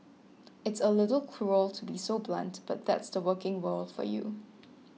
it's a little cruel to be so blunt but that's the working world for you